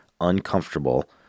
uncomfortable